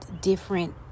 different